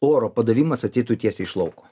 oro padavimas ateitų tiesiai iš lauko